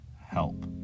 help